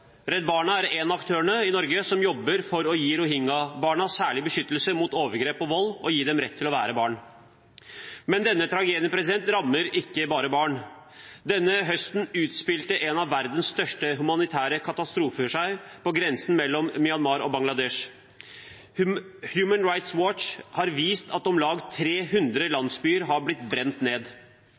Redd Barna er en av aktørene i Norge som jobber for å gi rohingya-barna særlig beskyttelse mot overgrep og vold og å gi dem rett til å være barn. Men denne tragedien rammer ikke bare barn. Denne høsten utspilte en av verdens største humanitære katastrofer seg på grensen mellom Myanmar og Bangladesh. Human Rights Watch har vist at om lag 300 landsbyer har blitt brent ned.